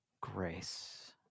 grace